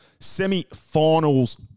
Semi-finals